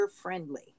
friendly